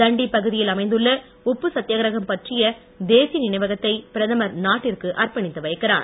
தண்டி பகுதியில் அமைந்துள்ள உப்பு சத்தியாகிரகம் பற்றிய தேசிய நினைவகத்தை பிரதமர் நாட்டிற்கு அர்ப்பணித்து வைக்கிறார்